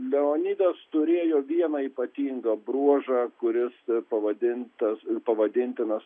leonidas turėjo vieną ypatingą bruožą kuris pavadintas pavadintinas